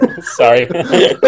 sorry